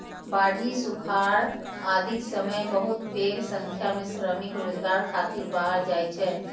बाढ़ि, सुखाड़ आदिक समय बहुत पैघ संख्या मे श्रमिक रोजगार खातिर बाहर जाइ छै